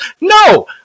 No